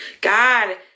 God